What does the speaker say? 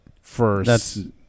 first